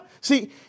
See